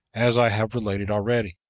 as i have related already.